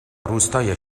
روستای